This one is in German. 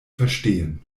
verstehen